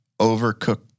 overcook